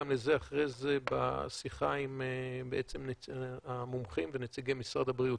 לזה אחרי זה בשיחה עם המומחים ונציגי משרד הבריאות.